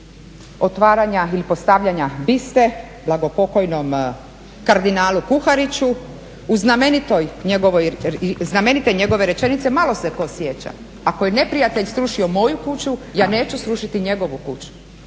otvaranja ili postavljanja biste blagopokojnom Kardinalu Kuhariću u znamenitoj njegovoj, znamenite njegove rečenice malo se tko sjeća, "Ako ne neprijatelj srušio moju kuću, ja neću srušiti njegovu kuću".